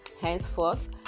henceforth